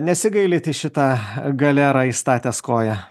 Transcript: nesigailėt į šitą galerą įstatęs koją